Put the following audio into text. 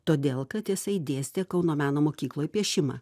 todėl kad jisai dėstė kauno meno mokykloj piešimą